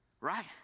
right